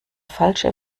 falsche